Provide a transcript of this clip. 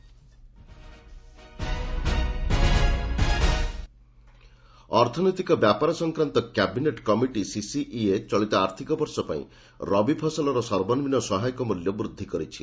cabinet ଅର୍ଥନୈତିକ ବ୍ୟାପାର ସଂକ୍ରାନ୍ତ କ୍ୟାବିନେଟ୍ କମିଟି ସିସିଇଏ ଚଳିତ ଆର୍ଥିକ ବର୍ଷ ପାଇଁ ରବି ଫସଲର ସର୍ବନିମ୍ନ ସହାୟକ ମୂଲ୍ୟ ବୃଦ୍ଧି କରିଛି